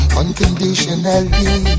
unconditionally